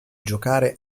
giocare